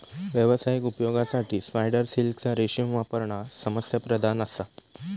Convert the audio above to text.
व्यावसायिक उपयोगासाठी स्पायडर सिल्कचा रेशीम वापरणा समस्याप्रधान असा